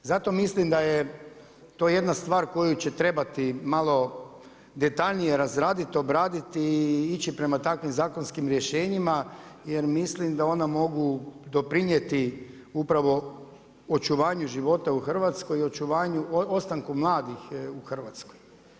Zato mislim da je to jedna stvar koju će trebati malo detaljnije razraditi, obraditi i ići prema takvim zakonskim rješenjima jer mislim da ona mogu doprinijeti upravo očuvanju života u Hrvatskoj i ostanku mladih u Hrvatskoj.